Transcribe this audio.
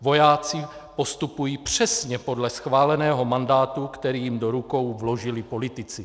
Vojáci postupují přesně podle schváleného mandátu, který jim do rukou vložili politici.